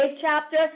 chapter